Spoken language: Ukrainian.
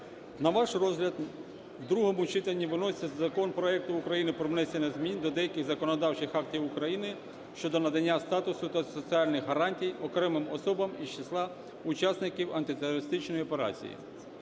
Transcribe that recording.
На ваш розгляд в другому читанні виноситься Закон проекту України про внесення змін до деяких законодавчих актів України щодо надання статусу та соціальних гарантій окремим особам із числа учасників антитерористичної операції.